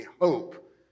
hope